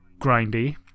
grindy